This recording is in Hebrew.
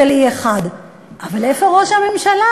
של E1. אבל איפה ראש הממשלה,